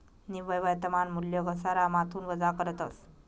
निव्वय वर्तमान मूल्य घसारामाथून वजा करतस